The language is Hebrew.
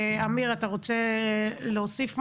אמיר, אתה רוצה להוסיף משהו?